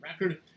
record